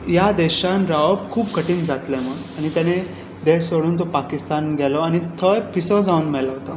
ह्या देशांत रावप खूब कठीण जातलें म्हण आनी तेणें देश सोडून तो पाकिस्तान गेलो आनी थंय पिसो जावन मेलो तो